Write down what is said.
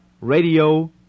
Radio